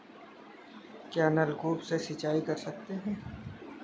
क्या नलकूप से सिंचाई कर सकते हैं?